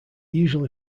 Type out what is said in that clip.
usually